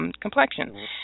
complexion